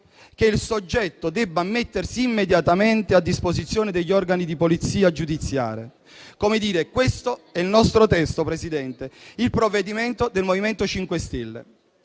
che il soggetto debba mettersi immediatamente a disposizione degli organi di polizia giudiziaria. Come dire, questo è il nostro testo, Presidente: il provvedimento del MoVimento 5 Stelle.